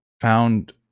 found